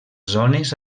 zones